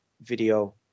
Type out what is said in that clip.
video